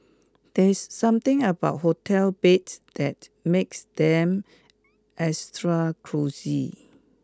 there's something about hotel beds that makes them extra cosy